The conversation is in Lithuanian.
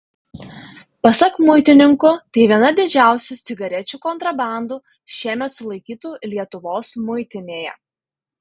pasak muitininkų tai viena didžiausių cigarečių kontrabandų šiemet sulaikytų lietuvos muitinėje